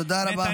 תודה רבה.